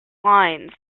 lines